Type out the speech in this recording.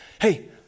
Hey